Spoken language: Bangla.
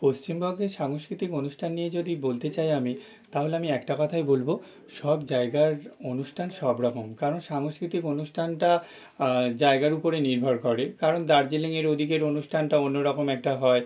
পশ্চিমবঙ্গের সাংস্কৃতিক অনুষ্ঠান নিয়ে যদি বলতে চাই আমি তাহলে আমি একটা কথাই বলবো সব জায়গার অনুষ্ঠান সবরকম কারণ সাংস্কৃতিক অনুষ্ঠানটা জায়গার উপরে নির্ভর করে কারণ দার্জিলিংয়ের ওদিকের অনুষ্ঠানটা অন্যরকম একটা হয়